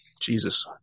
jesus